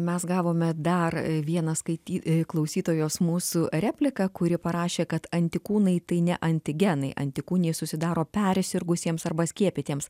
mes gavome dar vieną skaityt klausytojos mūsų repliką kuri parašė kad antikūnai tai ne antigenai antikūnai susidaro persirgusiems arba skiepytiems